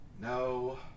no